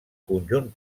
conjunt